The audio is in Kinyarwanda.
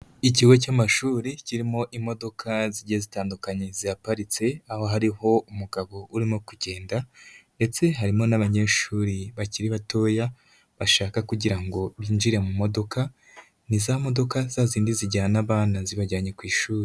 Ikigo cy'amashuri kirimo imodoka zigiye zitandukanye zihaparitse, aho hariho umugabo urimo kugenda ndetse harimo n'abanyeshuri bakiri batoya bashaka kugira ngo binjire mu modoka, ni za modoka za zindi zijyana abana zibajyanye ku ishuri.